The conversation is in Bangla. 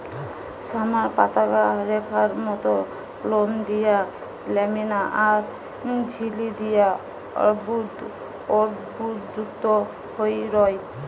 সামার পাতাগা রেখার মত লোম দিয়া ল্যামিনা আর ঝিল্লি দিয়া অর্বুদ অর্বুদযুক্ত হই রয়